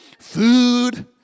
food